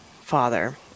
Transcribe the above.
Father